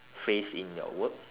face in your work